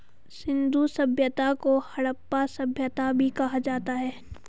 सिंधु सभ्यता को हड़प्पा सभ्यता भी कहा जाता है